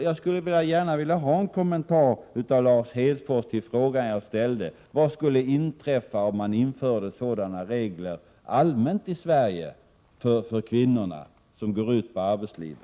Jag skulle gärna vilja ha en kommentar av Lars Hedfors till den fråga jag ställde: Vad skulle inträffa om man införde sådana regler allmänt i Sverige för kvinnor som går ut i arbetslivet?